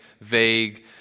vague